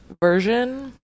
version